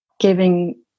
Giving